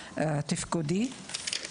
התפקודי.